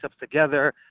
together